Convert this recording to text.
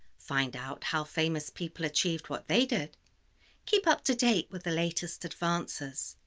find out how famous people achieved what they did keep up-to-date with the latest advances,